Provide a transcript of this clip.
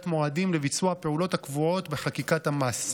מועדים לביצוע הפעולות הקבועות בחקיקת המס,